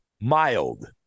mild